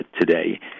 today